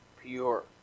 pure